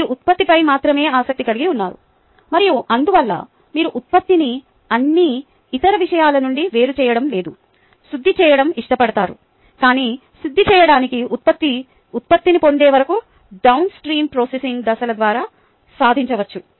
మీరు ఉత్పత్తిపై మాత్రమే ఆసక్తి కలిగి ఉన్నారు మరియు అందువల్ల మీరు ఉత్పత్తిని అన్ని ఇతర విషయాల నుండి వేరుచేయడం లేదా శుద్ధి చేయడం ఇష్టపడతారు మరియు శుద్ధి చేయబడిన ఉత్పత్తిని పొందే వరకు డౌన్ స్ట్రీమ్ ప్రాసెసింగ్ దశల ద్వారా సాధించవచ్చు